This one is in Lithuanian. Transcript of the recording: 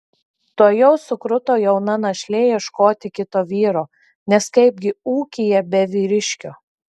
tuojau sukruto jauna našlė ieškoti kito vyro nes kaipgi ūkyje be vyriškio